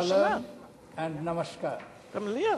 שלום ונמסטה.